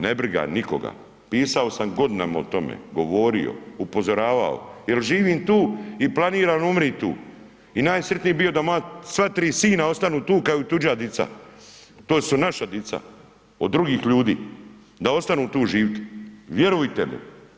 Nebriga nikoga, pisao sam godinama o tome, govorio, upozoravao jel živim tu i planiram umrit tu i najsritniji bi bio da moja sva tri sina ostanu tu kao i tuđa dica, to su naša dica od drugih ljudi da ostanu tu živit, vjerujte mi.